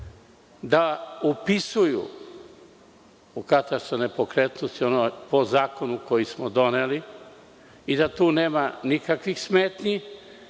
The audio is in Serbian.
da upisuju u katastar nepokretnosti po zakonu koji smo doneli i da tu nema nikakvih smetnji,